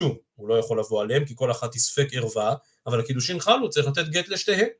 הוא לא יכול לבוא עליהם כי כל אחת יספק ערווה, אבל כאילו שנחלנו צריך לתת גט לשתיהם.